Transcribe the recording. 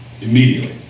Immediately